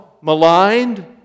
maligned